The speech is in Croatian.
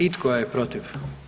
I tko je protiv?